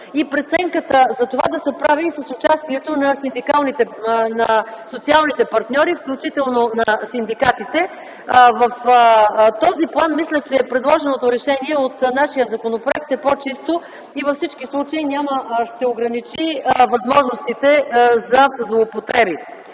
и преценката за това да се прави с участието на социалните партньори, включително на синдикатите. Мисля, че в този план предлаганото от нашия законопроект решение е по-чисто и във всички случаи ще ограничи възможностите за злоупотреби.